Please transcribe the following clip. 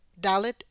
Dalit